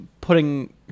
putting